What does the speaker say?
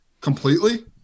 completely